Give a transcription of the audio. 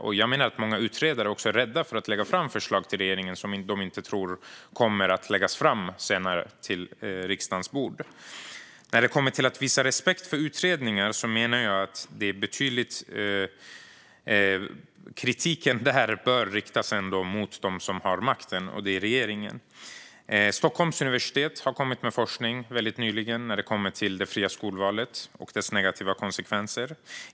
Jag menar också att många utredare är rädda för att lägga fram förslag till regeringen, eftersom man inte tror att de kommer att läggas fram på riksdagens bord. När det kommer till att visa respekt för utredningar menar jag att den kritiken bör riktas mot dem som har makten, och det är regeringen. Stockholms universitet har nyligen kommit med forskning om det fria skolvalet och dess negativa konsekvenser.